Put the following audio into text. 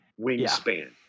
wingspan